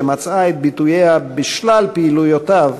שמצאה את ביטויה בשלל פעילויותיו,